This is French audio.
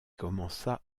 commença